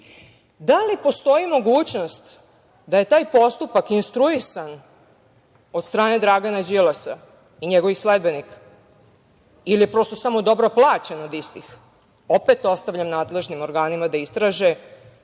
li postoji mogućnost da je postupak instruisan od strane Dragana Đilasa i njegovih sledbenika ili je prosto dobro plaćen od istih? Opet ostavljam nadležnim organima da istraže